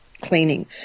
cleaning